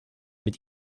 mit